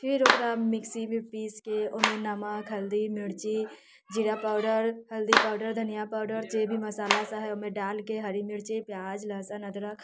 फिर ओकरा मिक्सीमे पीसके ओहिमे नमक हल्दी मिर्ची जीरा पाउडर हल्दी पाउडर धनिया पाउडर जे भी मसाला सभ है ओहिमे डालके हरी मिर्ची प्याज लहसुन अदरक